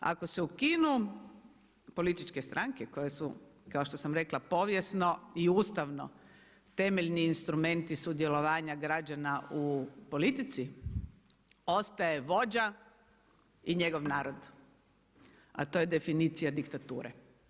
Ako se ukinu političke stranke koje su kao što sam rekla povijesno i ustavno temeljni instrumenti sudjelovanja građana u politici ostaje vođa i njegov narod, a to je definicija diktature.